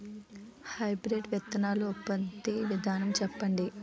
Hybrid విత్తనాలు ఉత్పత్తి విధానం చెప్పండి?